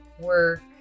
work